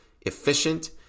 efficient